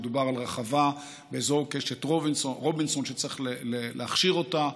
שמדובר על רחבה באזור קשת רובינסון שצריך להכשיר אותה,